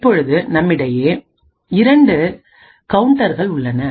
இப்பொழுது நம்மிடையே இரண்டு கவுன்டர்கள் உள்ளன